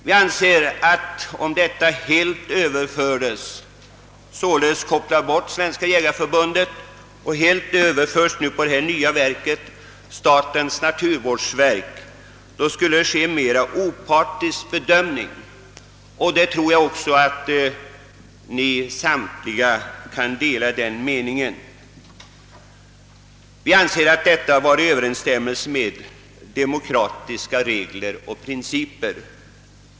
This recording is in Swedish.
Vi anser att om Svenska jägareförbundet kopplas bort i sådana sammanhang och frågorna överförs till det nya verket, statens naturvårdsverk, skulle det bli en mera opartisk bedömning. Jag tror också att samtliga här kan dela den meningen. En sådan ordning står i bättre överensstämmelse med demokratiska regler och principer.